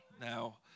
Now